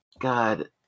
God